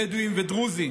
בדואים ודרוזים,